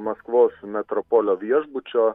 maskvos metropolio viešbučio